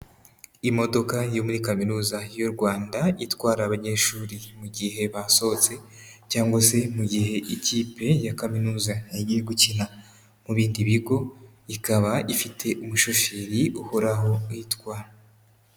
Imodoka yo muri kaminuza y'u Rwanda itwara abanyeshuri mugihe basohotse, cyangwa se mu gihe ikipe ya kaminuza igiye gukina mu bindi bigo ikaba ifite umushoferi uhoraho uyitwara.